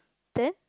then